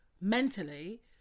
mentally